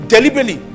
Deliberately